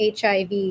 HIV